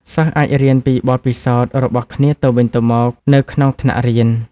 សិស្សអាចរៀនពីបទពិសោធន៍របស់គ្នាទៅវិញទៅមកនៅក្នុងថ្នាក់រៀន។